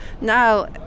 Now